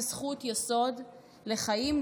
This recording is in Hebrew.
הוא זכות יסוד לחיים,